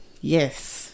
Yes